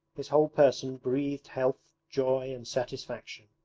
his whole person breathed health, joy, and satisfaction.